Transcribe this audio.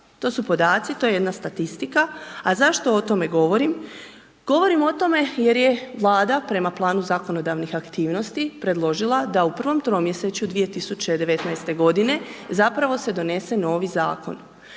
to su podaci, to je jedna statistika. A zašto o tome govorim? Govorim o tome jer je Vlada prema Planu zakonodavnih aktivnosti predložila da u prvom tromjesečju 2019. godine zapravo se donese novi zakon.